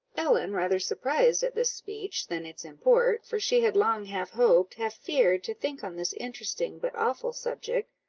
ellen, rather surprised at this speech than its import, for she had long half hoped, half feared, to think on this interesting but awful subject,